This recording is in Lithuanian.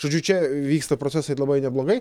žodžiu čia vyksta procesai labai neblogai